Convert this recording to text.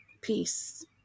peace